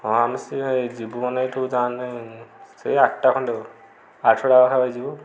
ହଁ ଆମେ ସେ ଯିବୁମାନେ ଏଠୁ ଯାହେନେ ସେଇ ଆଠଟା ଖଣ୍ଡେ ଆଠଟା ହେଇ ଯିବ